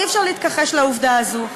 אי-אפשר להתכחש לעובדה הזו.